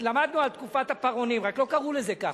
למדנו על תקופת הפרעונים ורק לא קראו לזה כך.